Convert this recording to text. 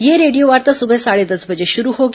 यह रेडियोवार्ता सुबह साढ़े दस बजे शुरू होगी